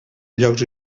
llocs